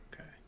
Okay